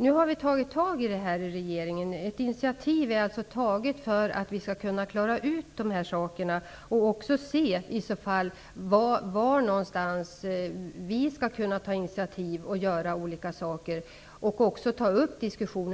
Nu har regeringen tagit ett initiativ för att klara ut dessa saker och se vad vi kan göra. Vi skall naturligtvis också ta upp en diskussion